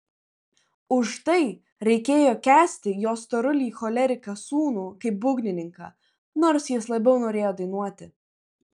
už tai reikėjo kęsti jo storulį choleriką sūnų kaip būgnininką nors jis labiau norėjo dainuoti